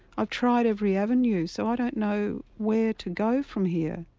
i've tried every avenue so i don't know where to go from here,